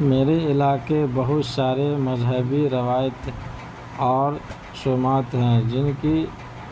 میرے علاقے بہت سارے مذہبی روایتیں اور رسومات ہیں جن کی